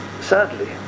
Sadly